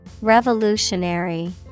Revolutionary